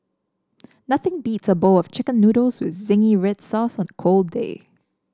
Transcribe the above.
nothing beats a bowl of chicken noodles with zingy red sauce on a cold day